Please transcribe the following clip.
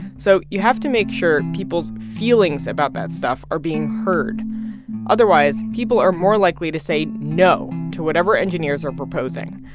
so you have to make sure people's feelings about that stuff are being heard otherwise, people are more likely to say no to whatever engineers are proposing.